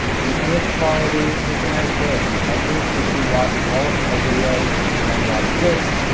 the image quality isn't as good. i think if you watch all of my videos and then watch this,